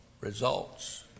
results